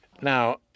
Now